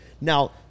Now